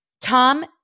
Tom